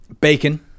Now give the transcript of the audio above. bacon